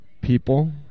People